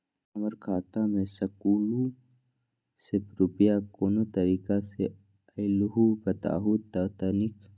हमर खाता में सकलू से रूपया कोन तारीक के अलऊह बताहु त तनिक?